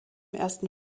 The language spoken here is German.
ersten